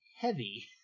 heavy